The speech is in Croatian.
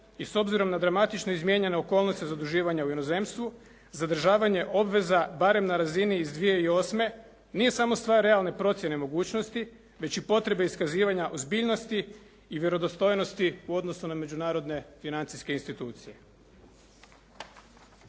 i s obzirom na dramatično izmijenjene okolnosti zaduživanja u inozemstvu, zadržavanje obveza barem na razini iz 2008. nije samo stvar realne procjene mogućnosti, već i potrebe iskazivanja ozbiljnosti i vjerodostojnosti u odnosu na međunarodne financijske institucije.